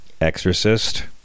Exorcist